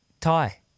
Thai